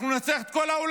אנחנו ננצח את כל העולם.